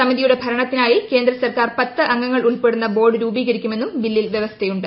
സമിതിയുടെ ഭരണത്തിനായി കേന്ദ്രസ്ർക്കാർ പത്ത് അംഗങ്ങൾ ഉൾപ്പെടുത്തുന ബോർഡ് രൂപീകരിക്കുമെന്നും ബില്ലിൽ വ്യവസ്ഥയുണ്ട്